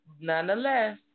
nonetheless